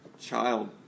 child